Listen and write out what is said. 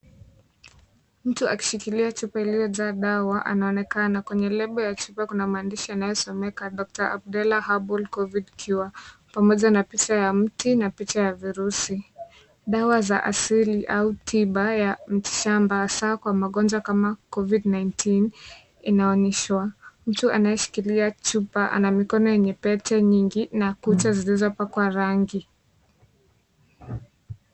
Mtu akishikililia chupa iliyojaa dawa anaonekana. Kwenye lebo ya chupa, kuna maandishi yanayosomeka "Dr Abdella Herbal Covid" ikiwa pamoja na picha ya mti na picha ya virusi. Dawa za asili au tiba ya shamba hasa kwa magonjwa kama COVID 19 inaonyeshwa. Mtu anayeshikilia chupa ana mikono yenye Pete nyingi na kucha zilizopakwa rangi.